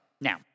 Now